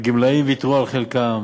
הגמלאים ויתרו על חלקם,